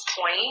point